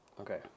Okay